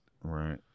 Right